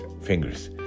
fingers